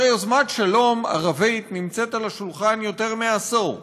הרי יוזמת שלום ערבית נמצאת על השולחן יותר מעשור,